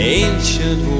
ancient